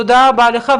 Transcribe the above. תודה רבה לך,